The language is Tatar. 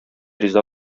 риза